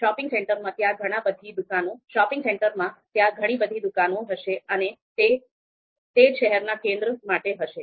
shopping સેન્ટરમાં ત્યાં ઘણી બધી દુકાનો હશે અને તે જ શહેરના કેન્દ્ર માટે હશે